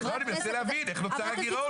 חברי הכנסת אבל אני מנסה להבין איך נוצר הגירעון,